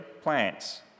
Plants